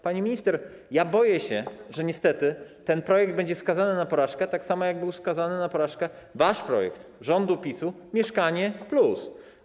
Pani minister, boję się, że niestety ten projekt będzie skazany na porażkę, tak samo jak był skazany na porażkę wasz - rządu PiS-u - projekt „Mieszkanie +”